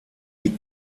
die